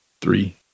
Three